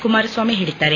ಕುಮಾರಸ್ವಾಮಿ ಹೇಳಿದ್ದಾರೆ